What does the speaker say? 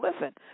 listen